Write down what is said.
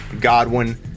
Godwin